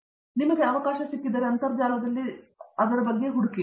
ಆದ್ದರಿಂದ ನಿಮಗೆ ಅವಕಾಶ ಸಿಕ್ಕಿದರೆ ದಯವಿಟ್ಟು ಅವರನ್ನು ನೋಡೋಣ